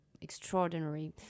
extraordinary